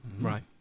Right